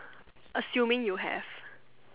assuming you have